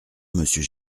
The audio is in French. monsieur